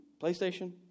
PlayStation